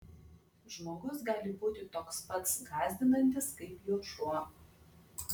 žmogus gali būti toks pats gąsdinantis kaip juo šuo